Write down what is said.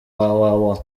www